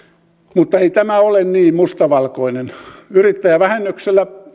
mutta ei tämä ole niin mustavalkoinen yrittäjävähennyksellä